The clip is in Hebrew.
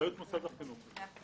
אם